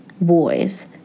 boys